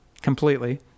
completely